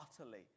utterly